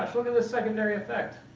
gosh, look at this secondary effect.